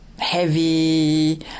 heavy